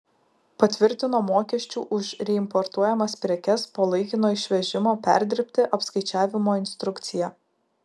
patvirtino mokesčių už reimportuojamas prekes po laikino išvežimo perdirbti apskaičiavimo instrukciją